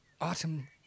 autumn